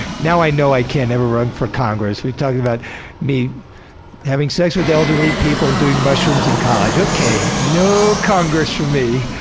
now i know i can't ever run for congress, we're talking about me having sex with elderly people and doing mushrooms in college. okay. noooo congress for me.